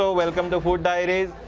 so welcome to food diaries